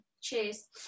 cheers